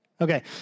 Okay